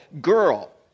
girl